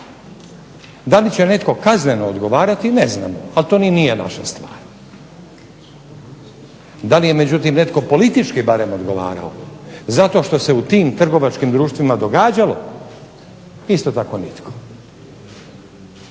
Da li će netko kazneno odgovarati to ne znamo ali to nije naša stvar. DA li je međutim, netko politički odgovarao zato što se u tim trgovačkim društvima događalo isto tako nitko.